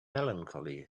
melancholy